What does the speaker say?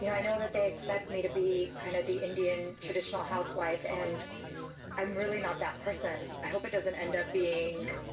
you know i know that they expect me to be kind of the indian traditional housewife and i'm really not that person. i hope it doesn't end up being